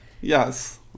Yes